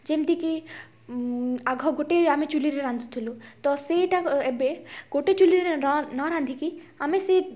ଯେମିତିକି ଆଘ ଗୋଟେ ଆମେ ଚୂଲିରେ ରାନ୍ଧୁଥିଲୁ ତ ସେଇଟା ଏବେ ଗୋଟେ ଚୂଲିରେ ନ ରାନ୍ଧିକି ଆମେ ସେ